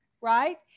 right